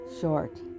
short